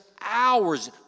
hours